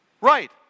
Right